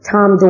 Tom